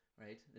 right